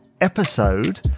episode